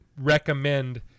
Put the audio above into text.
recommend